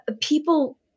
people